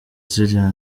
ziriya